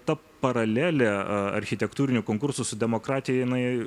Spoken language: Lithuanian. ta paralelė architektūrinių konkursų su demokratija jinai